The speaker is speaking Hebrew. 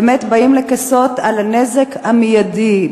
באמת באים לכסות על הנזק המיידי,